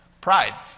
pride